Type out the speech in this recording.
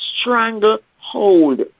stranglehold